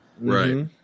Right